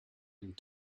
and